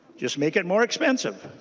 just make it more expensive.